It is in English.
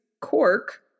Cork